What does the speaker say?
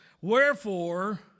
Wherefore